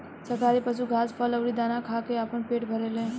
शाकाहारी पशु घास, फल अउरी दाना खा के आपन पेट भरेले